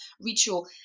ritual